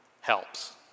helps